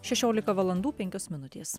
šešiolika valandų penkios minutės